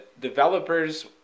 developers